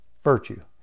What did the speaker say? virtue